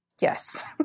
Yes